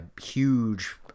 huge